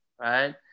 right